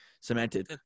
cemented